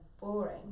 boring